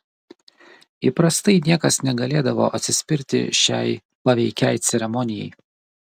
įprastai niekas negalėdavo atsispirti šiai paveikiai ceremonijai